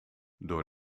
door